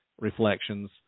reflections